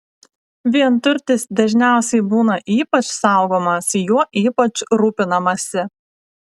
vienturtis dažniausiai būna ypač saugomas juo ypač rūpinamasi